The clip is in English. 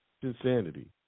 insanity